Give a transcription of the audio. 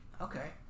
okay